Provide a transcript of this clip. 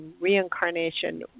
reincarnation